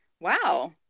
wow